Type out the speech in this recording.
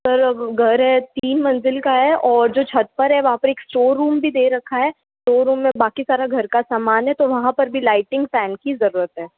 sir अब घर है तीन मंजिल का है और जो छत पर है वहाँ पर एक स्टोर रूम भी दे रखा है स्टोर रूम में बाकी सारा घर का सामान है तो वहाँ पर भी लाइटिंग फैन की जरूरत है